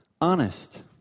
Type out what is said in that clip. Honest